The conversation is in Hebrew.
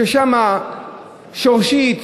ששם שורשית,